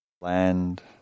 land